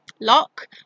lock